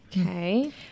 Okay